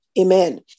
amen